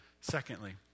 Secondly